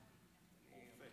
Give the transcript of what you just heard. זה היה רופא.